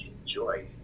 enjoy